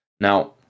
Now